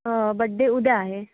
birthday उद्या आहे